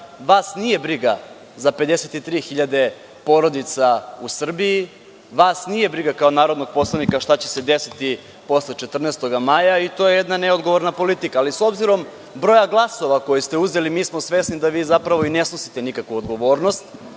vas nije briga za 53.000 porodica u Srbiji, da vas nije briga kao narodnog poslanika šta će se desiti posle 14. maja i to je jedna neodgovorna politika. S obzirom na broj glasova koji ste uzeli, mi smo svesni da vi zapravo i ne snosite nikakvu odgovornost